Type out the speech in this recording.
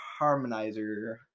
harmonizer